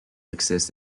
exist